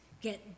get